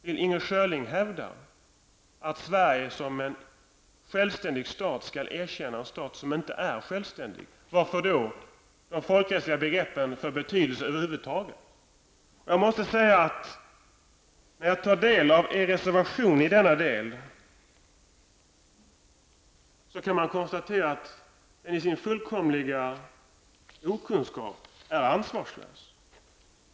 Vill Inger Schörling hävda att Sverige som en självständig stat skall erkänna en stat som inte är självständig? Vad får då de folkrättsliga begreppen över huvud taget för betydelse? När jag tar del av er reservation i denna del, kan jag konstatera att ni i er fullkomliga okunskap är ansvarslösa.